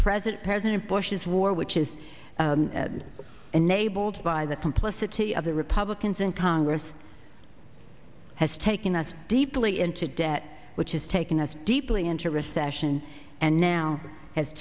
president president bush's war which is enabled by the complicity of the republicans in congress has taken us deeply into debt which has taken us deeply into recession and now has